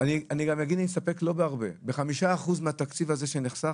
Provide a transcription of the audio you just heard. אני גם אגיד נסתפק לא בהרבה: בחמישה אחוז מהתקציב הזה שנחסך,